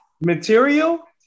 Material